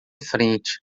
frente